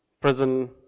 prison